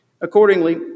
Accordingly